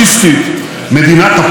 מדינת אפרטהייד חשוכה.